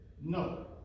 No